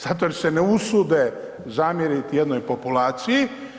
Zato jer se ne usude zamjeriti jednoj populaciji.